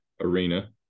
arena